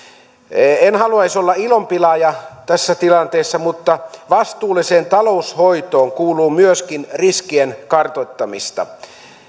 en haluaisi olla ilonpilaaja tässä tilanteessa mutta vastuulliseen taloudenhoitoon kuuluu myöskin riskien kartoittamista